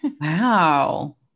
Wow